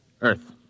Earth